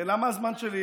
למה הזמן שלי,